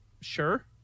Sure